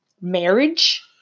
marriage